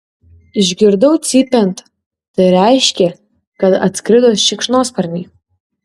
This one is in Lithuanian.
išgirdau cypiant tai reiškė kad atskrido šikšnosparniai